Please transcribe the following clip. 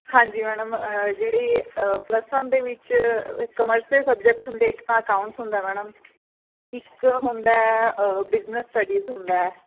ਹਾਂਜੀ ਮੈਡਮ ਜਿਹੜੇ plus one ਦੇ ਵਿਚ ਕਮਰਸ ਦੇ ਸਬਜੈਕਟ ਹੁੰਦੇ ਇੱਕ ਤਾਂ ਅਕਾਊਂਟਸ ਹੁੰਦਾ ਮੈਡਮ ਇੱਕ ਹੁੰਦਾ ਬਿਜਨਸ ਸਟਡੀਜ਼ ਹੁੰਦਾ